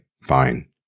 fine